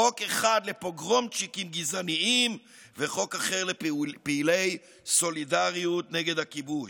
חוק אחד לפוגרומצ'יקים גזענים וחוק אחר לפעילי סולידריות נגד הכיבוש.